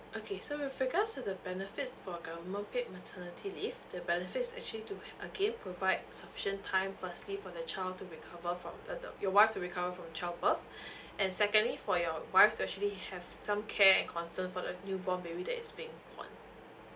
okay so with regards to the benefits for government paid maternity leave the benefit is actually to again provide sufficient time firstly for the child to recover from uh the your wife to recover from childbirth and secondly for your wife to actually have some care and concern for the newborn baby that is being born